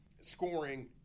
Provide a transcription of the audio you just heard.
scoring